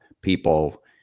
people